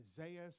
Isaiah